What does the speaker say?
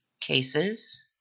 cases